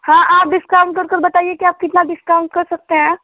हाँ आप डिस्काउंट कर कर बताइए कि आप कितना डिस्काउंट कर सकते हैं